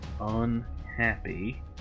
unhappy